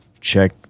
check